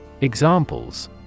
Examples